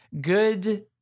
good